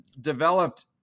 developed